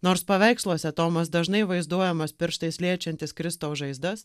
nors paveiksluose tomas dažnai vaizduojamas pirštais liečiantis kristaus žaizdas